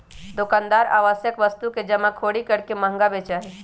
दुकानदार आवश्यक वस्तु के जमाखोरी करके महंगा बेचा हई